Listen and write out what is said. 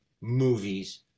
movies